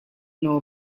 know